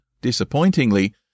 disappointingly